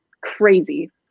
crazy